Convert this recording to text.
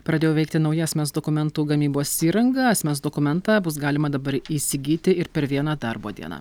pradėjo veikti nauja asmens dokumentų gamybos įranga asmens dokumentą bus galima dabar įsigyti ir per vieną darbo dieną